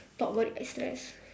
talk about it I stress